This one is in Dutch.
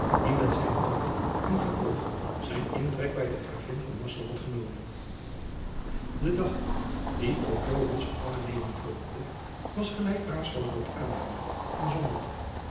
die met zijne dochter en gevolg zijn intrek bij de gravin van nassau had genomen de dag die op joans gevangenneming volgde was gelijk raesfelt had aangemerkt een zondag